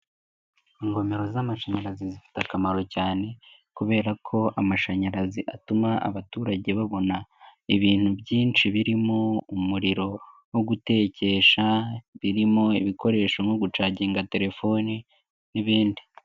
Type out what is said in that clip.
Ingomero z'amashanyarazi zifite akamaro cyane kubera ko amashanyarazi atuma abaturage babona ibintu byinshi. Birimo: umuriro wo gutekesha, birimo ibikoresho no gucagaga telefoni n'ibindi.